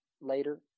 later